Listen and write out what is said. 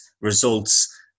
results